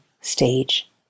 stage